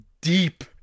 deep